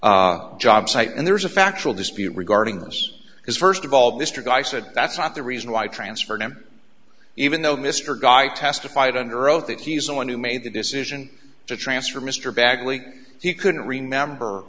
samaritan job site and there's a factual dispute regarding this because first of all this guy said that's not the reason why i transferred him even though mr guy testified under oath that he's the one who made the decision to transfer mr bagley he couldn't remember